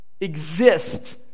exist